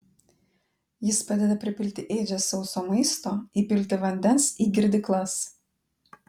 jis padeda pripilti ėdžias sauso maisto įpilti vandens į girdyklas